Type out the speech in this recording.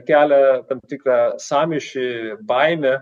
kelia tam tikrą sąmyšį baimę